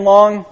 Long